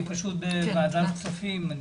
אני פשוט בוועדת כספים,